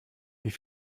wie